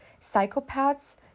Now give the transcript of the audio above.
psychopaths